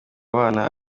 abana